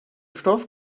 stoff